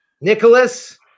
Nicholas